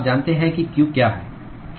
आप जानते हैं कि q क्या है